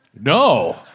No